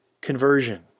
conversion